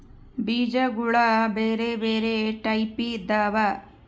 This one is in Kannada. ಬೀಜಗುಳ ಬೆರೆ ಬೆರೆ ಟೈಪಿದವ